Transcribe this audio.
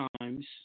times